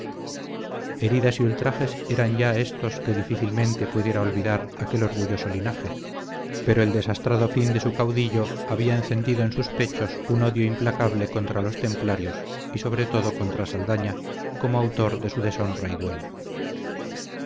heridas y ultrajes eran ya éstos que difícilmente pudiera olvidar aquel orgulloso linaje pero el desastrado fin de su caudillo había encendido en sus pechos un odio implacable contra los templarios y sobre todo contra saldaña como autor de su deshonra y duelo